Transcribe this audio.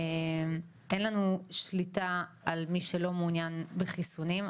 אין לנו שליטה על מי שלא מעוניין בחיסונים,